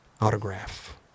autograph